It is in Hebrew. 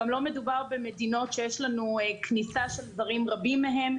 גם לא מדובר במדינות שיש לנו כניסה של זרים רבים מהם.